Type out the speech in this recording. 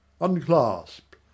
Unclasped